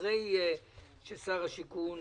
אחרי ששר הבינוי והשיכון